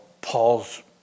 Paul's